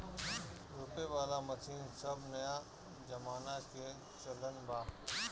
रोपे वाला मशीन सब नया जमाना के चलन बा